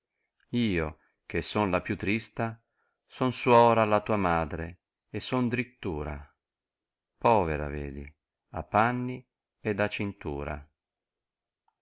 io che son la più trista son suora alla tua madre e son drìttara poterà vedi appanni ed a cintura